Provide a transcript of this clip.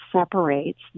separates